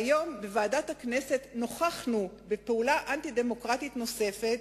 והיום בוועדת הכנסת נוכחנו בפעולה אנטי-דמוקרטית נוספת,